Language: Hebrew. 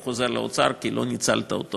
הוא חוזר לאוצר כי לא ניצלת אותו